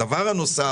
הדבר הנוסף